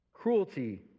cruelty